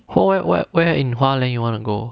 where in 花莲 you want to go